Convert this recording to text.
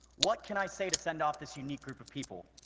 what can i say to send off this unique group of people?